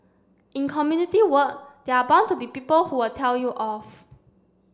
in community work they are bound to be people who will tell you off